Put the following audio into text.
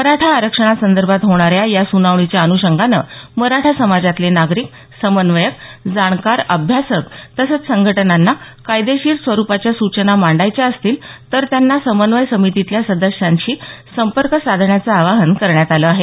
मराठा आरक्षणासंदर्भात होणाऱ्या या सुनावणीच्या अनुषंगाने मराठा समाजातले नागरिक समन्वयक जाणकार अभ्यासक तसंच संघटनांना कायदेशीर स्वरूपाच्या सूचना मांडायच्या असतील तर त्यांना समन्वय समितीतल्या सदस्यांशी संपर्क साधण्याचं आवाहन करण्यात आलं आहे